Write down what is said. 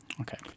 Okay